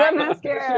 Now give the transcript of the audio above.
um mascara!